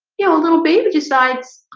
you know a little baby decides.